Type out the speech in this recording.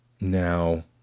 now